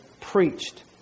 preached